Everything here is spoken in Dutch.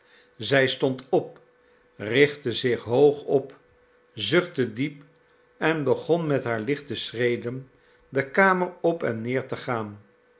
zij stond op richtte zich hoog op zuchtte diep en begon met haar lichte schreden de kamer op en neer te gaan